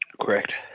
Correct